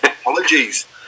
Apologies